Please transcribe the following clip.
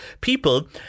people